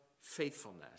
faithfulness